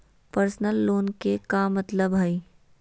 Personal loan के का मतलब हई?